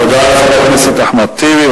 תודה לחבר הכנסת אחמד טיבי,